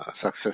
success